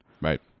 right